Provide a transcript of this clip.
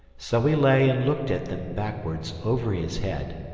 so he lay and looked at them backwards over his head,